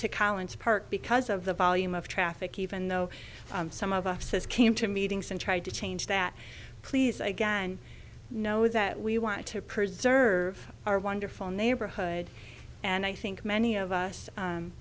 to college park because of the volume of traffic even though some of us has came to meetings and tried to change that please again know that we want to preserve our wonderful neighborhood and i think many of us